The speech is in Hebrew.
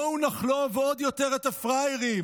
בואו נחלוב עוד יותר את הפראיירים,